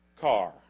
car